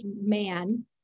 man